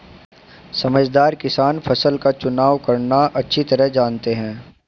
समझदार किसान फसल का चुनाव करना अच्छी तरह जानते हैं